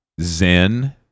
Zen